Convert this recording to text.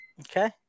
Okay